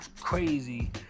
crazy